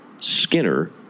Skinner